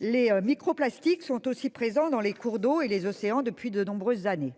les microplastiques sont aussi présents dans les cours d'eau et les océans depuis de nombreuses années.